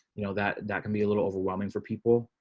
you know that that can be a little overwhelming for people.